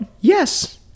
yes